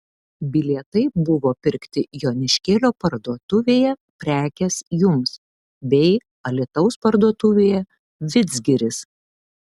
bilietai buvo pirkti joniškėlio parduotuvėje prekės jums bei alytaus parduotuvėje vidzgiris